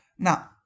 Now